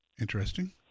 interesting